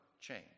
change